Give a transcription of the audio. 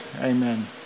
Amen